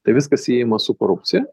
tai viskas siejama su korupcija